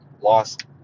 lost